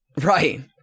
Right